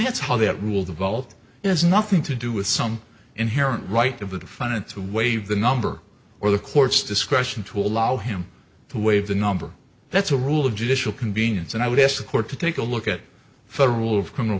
that's how that will develop is nothing to do with some inherent right of the defendant to waive the number or the court's discretion to allow him to waive the number that's a rule of judicial convenience and i would ask the court to take a look at it for rule of criminal